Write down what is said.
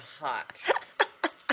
hot